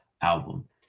album